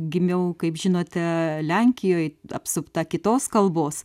gimiau kaip žinote lenkijoj apsupta kitos kalbos